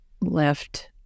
left